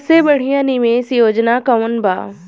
सबसे बढ़िया निवेश योजना कौन बा?